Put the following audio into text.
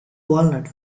walnut